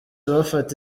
bafata